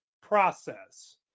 process